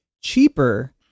cheaper